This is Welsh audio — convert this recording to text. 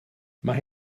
mae